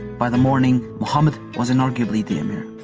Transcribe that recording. by the morning, muhammad was inarguably the emir.